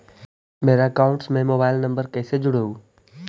मेरा अकाउंटस में mobile number कैसे जुड़उ?